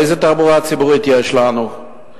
איזו תחבורה ציבורית יש לנו?